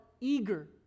eager